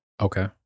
Okay